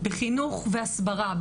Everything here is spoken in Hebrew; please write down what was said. בחינוך והסברה,